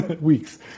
weeks